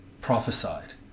prophesied